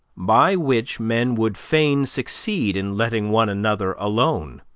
by which men would fain succeed in letting one another alone